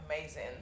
amazing